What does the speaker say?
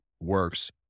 works